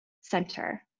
center